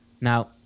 now